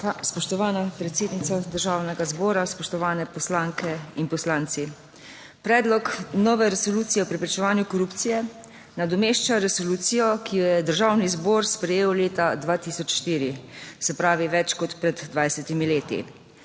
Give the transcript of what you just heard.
Spoštovana predsednica Državnega zbora, spoštovane poslanke in poslanci. Predlog nove resolucije o preprečevanju korupcije nadomešča resolucijo, ki jo je Državni zbor sprejel leta 2004, se pravi več kot pred 20 leti.